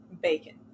bacon